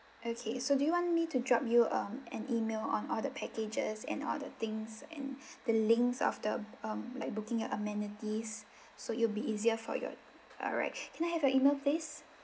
okay so do you want me to drop you um an email on all the packages and al the things and the links of the um like booking your amenities so it'll be easier for your alright can have your email please